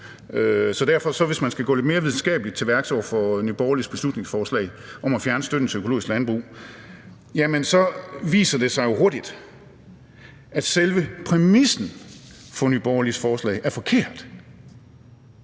så hvis man skal gå lidt mere videnskabeligt til værks over for Nye Borgerliges beslutningsforslag om at fjerne støtten til økologisk landbrug, så viser det sig hurtigt, at selve præmissen for Nye Borgerliges forslag er forkert.